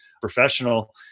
professional